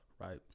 right